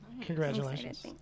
congratulations